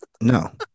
No